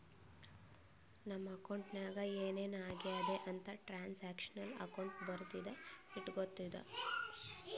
ನಮ್ ಅಕೌಂಟ್ ನಾಗ್ ಏನ್ ಏನ್ ಆಗ್ಯಾದ ಅಂತ್ ಟ್ರಾನ್ಸ್ಅಕ್ಷನಲ್ ಅಕೌಂಟ್ ಬರ್ದಿ ಇಟ್ಗೋತುದ